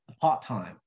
part-time